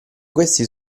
questi